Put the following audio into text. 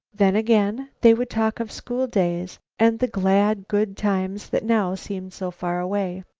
then, again, they would talk of school days, and the glad, good times that now seemed so far away.